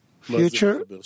future